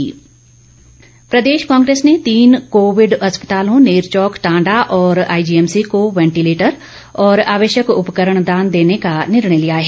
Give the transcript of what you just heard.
कांग्रेस प्रदेश कांग्रेस ने तीन कोविड अस्पतालों नेरचौक टांडा और आईजीएमसी को वैंटिलेटर और आवश्यक उपकरण दान देने का निर्णय लिया है